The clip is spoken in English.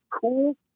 cool